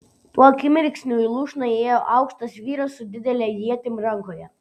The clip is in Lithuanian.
tuo akimirksniu į lūšną įėjo aukštas vyras su didele ietimi rankoje